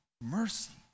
mercy